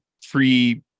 free